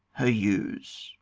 her u's,